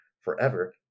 forever